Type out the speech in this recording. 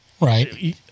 right